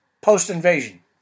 post-invasion